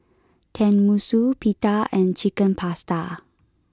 Tenmusu Pita and chicken Pasta